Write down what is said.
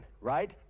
Right